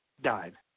died